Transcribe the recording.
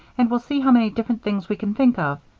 and we'll see how many different things we can think of.